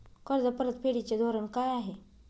कर्ज परतफेडीचे धोरण काय आहे?